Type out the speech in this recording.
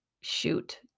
shoot